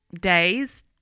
days